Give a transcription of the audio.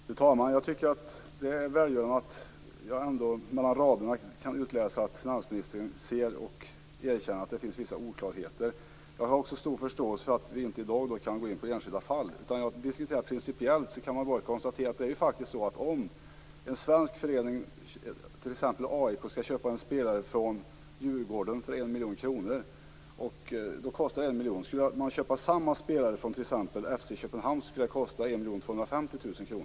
Fru talman! Jag tycker att det är välgörande att mellan raderna kunna utläsa att finansministern ser och erkänner att det finns vissa oklarheter. Jag har också stor förståelse för att vi inte i dag kan gå in på enskilda fall. Principiellt kan man bara konstatera att det faktiskt är så att om en svensk förening, t.ex. AIK, skall köpa en spelare från Djurgården för 1 miljon kronor kostar det 1 miljon. Skulle man köpa samma spelare från t.ex. FC Köpenhamn skulle det kosta 1 250 000 kr.